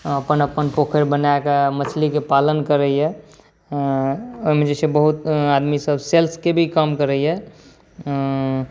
अपन अपन पोखरि बनाकऽ तकर बाद मछलीके पालन करैया ओहिमे जे छै बहुत आदमी सभ जे सेल्सके भी काम करैया